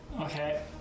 Okay